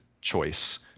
choice